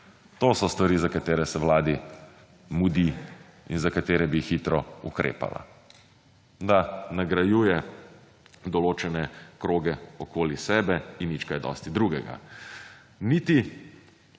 To so stvari, za katere se Vladi mudi in za katere bi hitro ukrepala. Da nagrajuje določene kroge okoli sebe in nič kaj dosti drugega. Niti